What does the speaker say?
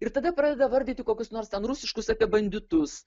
ir tada pradeda vardyti kokius nors ten rusiškus apie banditus